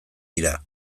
dira